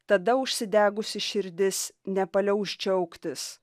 tada užsidegusi širdis nepaliaus džiaugtis